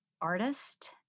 artist